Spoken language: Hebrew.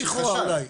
בקשות של לכאורה אולי.